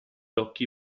occhi